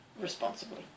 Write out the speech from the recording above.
responsibly